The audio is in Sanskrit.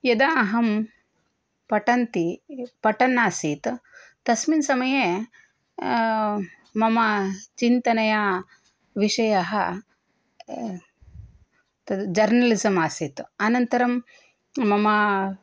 यदा अहं पठन्ती पठनासीत् तस्मिन् समये मम चिन्तनया विषयः तद् जर्नलिज़म् आसीत् अनन्तरं मम